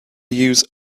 use